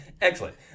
Excellent